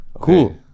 cool